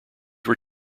were